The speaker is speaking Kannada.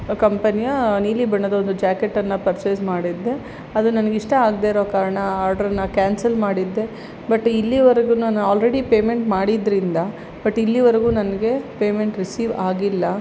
ಕಂಪನಿಯ ನೀಲಿ ಬಣ್ಣದ ಒಂದು ಜಾಕೆಟನ್ನು ಪರ್ಚೇಸ್ ಮಾಡಿದ್ದೆ ಅದು ನನಗೆ ಇಷ್ಟ ಆಗದೇ ಇರೋ ಕಾರಣ ಆರ್ಡ್ರನ್ನು ಕ್ಯಾನ್ಸಲ್ ಮಾಡಿದ್ದೆ ಬಟ್ ಇಲ್ಲಿವರ್ಗೂ ನಾನು ಆಲ್ರೆಡಿ ಪೇಮೆಂಟ್ ಮಾಡಿದರಿಂದ ಬಟ್ ಇಲ್ಲಿವರಗೂ ನನಗೆ ಪೇಮೆಂಟ್ ರಿಸೀವ್ ಆಗಿಲ್ಲ